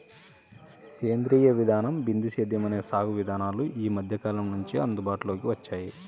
సేంద్రీయ విధానం, బిందు సేద్యం అనే సాగు విధానాలు ఈ మధ్యకాలం నుంచే అందుబాటులోకి వచ్చాయి